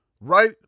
right